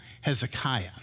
Hezekiah